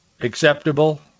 acceptable